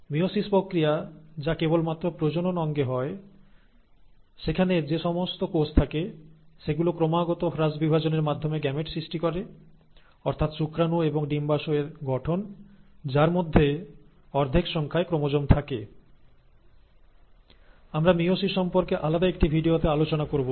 meiosis প্রক্রিয়া যা কেবল মাত্র প্রজনন অঙ্গে হয় সেখানে যে সমস্ত কোষ থাকে সেগুলো ক্রমাগত হ্রাস বিভাজনের মাধ্যমে গ্যামেট সৃষ্টি করে অর্থাৎ শুক্রাণু এবং ডিম্বাশয়ের গঠন যার মধ্যে অর্ধেক সংখ্যায় ক্রোমোজোম থাকে আমরা মিয়োসিস সম্পর্কে আলাদা একটি ভিডিওতে আলোচনা করব